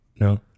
No